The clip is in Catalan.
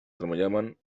treballaven